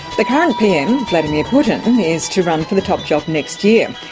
the current pm, vladimir putin, is to run for the top job next year.